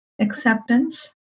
acceptance